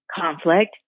conflict